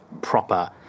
proper